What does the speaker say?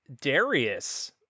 Darius